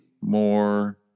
More